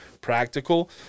practical